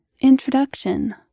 Introduction